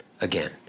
again